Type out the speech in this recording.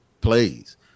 plays